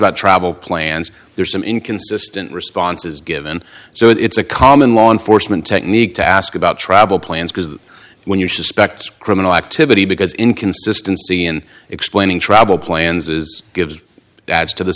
about travel plans there are some inconsistent responses given so it's a common law enforcement technique to ask about travel plans because when you suspect criminal activity because inconsistency in explaining travel plans is gives adds to the